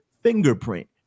fingerprint